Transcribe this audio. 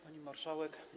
Pani Marszałek!